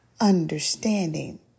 understanding